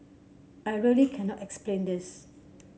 I really cannot explain this